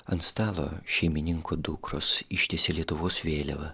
ant stalo šeimininko dukros ištiesė lietuvos vėliavą